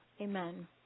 Amen